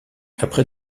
après